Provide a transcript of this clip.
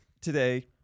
today